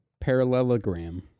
Parallelogram